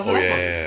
oh ya ya ya